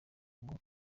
ngo